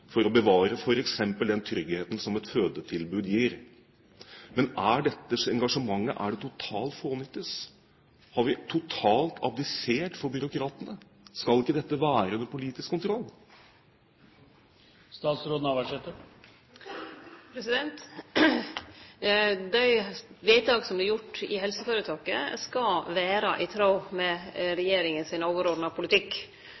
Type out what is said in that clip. for å bevare f.eks. den tryggheten som et fødetilbud gir. Men er dette engasjementet totalt fånyttes? Har vi totalt abdisert for byråkratene? Skal ikke dette være under politisk kontroll? Dei vedtaka som vert gjorde i helseføretaket, skal vere i tråd med